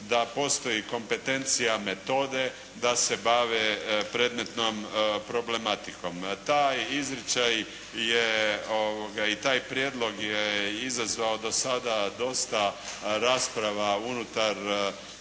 da postoji kompetencija metode, da se bave predmetnom problematikom. Taj izričaj je i taj prijedlog je izazvao do sada dosta rasprava unutar